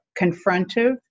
confrontive